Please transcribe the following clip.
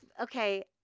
Okay